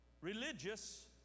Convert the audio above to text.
Religious